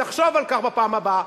נחשוב על כך בפעם הבאה,